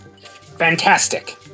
Fantastic